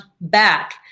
back